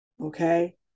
Okay